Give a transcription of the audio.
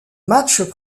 matchs